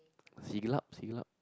Siglap Siglap